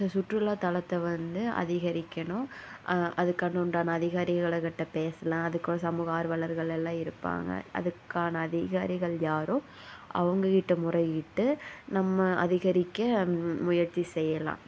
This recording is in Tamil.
ஸோ சுற்றுலா தலத்தை வந்து அதிகரிக்கணும் அதுக்காக உண்டான அதிகாரிகள்க்கிட்ட பேசலாம் அதுக்காக சமூக ஆர்வலர்கள் எல்லாம் இருப்பாங்க அதுக்கான அதிகாரிகள் யாரோ அவங்கள்க்கிட்ட முறையிட்டு நம்ம அதிகரிக்க முயற்சி செய்யலாம்